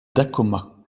dacoma